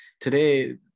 today